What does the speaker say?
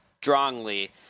strongly